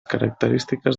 característiques